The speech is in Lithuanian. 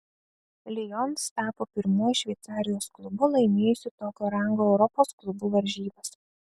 lions tapo pirmuoju šveicarijos klubu laimėjusiu tokio rango europos klubų varžybas